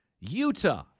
Utah